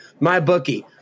MyBookie